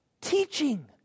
Teaching